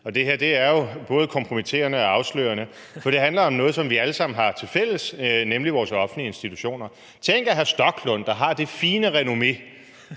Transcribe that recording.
Det her er jo både kompromitterende og afslørende, for det handler om noget, som vi alle sammen har tilfælles, nemlig vores offentlige institutioner. Tænk, at hr. Rasmus Stoklund, der har det fine renommé,